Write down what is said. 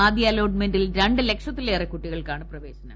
ആദ്യ അലോട്ട്മെന്റിൽ രണ്ട് ലക്ഷത്തിലേറെ കുട്ടികൾക്കാണ് പ്രവേശനം